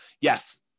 yes